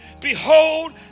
Behold